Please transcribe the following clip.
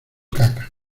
caca